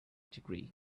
degree